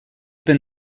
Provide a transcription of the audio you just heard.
been